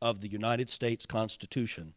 of the united states constitution.